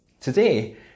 Today